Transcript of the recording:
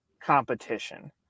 competition